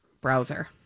browser